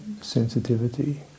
sensitivity